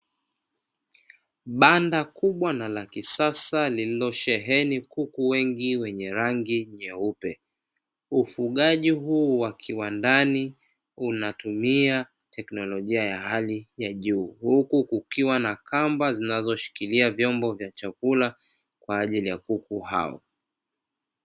Banda kubwa na la kisasa lililosheheni kuku wengi wenye rangi nyeupe, ufugaji huu wa kiwandani. Unatumia teknolojia ya hali ya juu, huku kukiwa na kamba zinazoshikilia vyombo vya chakula kwa ajili ya kuku hao.